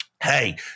Hey